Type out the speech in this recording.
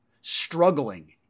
Struggling